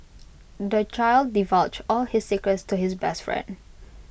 the child divulged all his secrets to his best friend